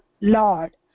Lord